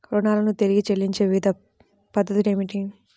రుణాలను తిరిగి చెల్లించే వివిధ పద్ధతులు ఏమిటి?